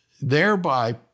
thereby